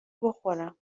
بخورم